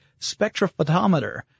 spectrophotometer